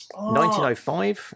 1905